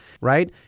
right